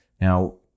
Now